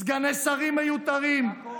סגני שרים מיותרים,